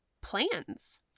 plans